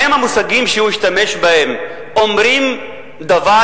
האם המושגים שהוא השתמש בהם אומרים דבר